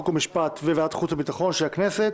חוק ומשפט וועדת החוץ והביטחון של הכנסת